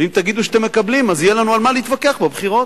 ואם תגידו שאתם מקבלים אז יהיה לנו על מה להתווכח בבחירות.